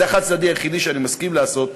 זה החד-צדדי היחידי שאני מסכים לעשות,